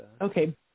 Okay